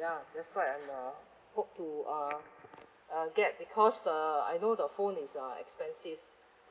ya that's why I'm uh hope to uh uh get cause uh I know the phone is uh expensive